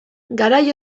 garai